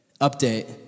update